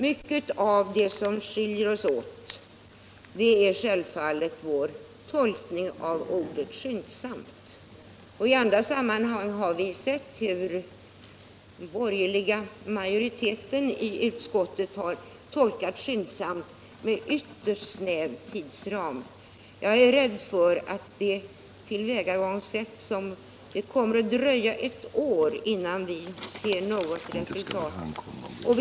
Mycket av det som skiljer oss åt gäller självfallet vår tolkning av ordet ”skyndsamt”. I andra sammanhang har vi sett hur den borgerliga majoriteten i utskottet har tolkat ”skyndsamt” med ytterst snäv tidsram. Jag är rädd för att det med ett sådant tillvägagångssätt kommer att dröja ett år innan vi ser något resultat.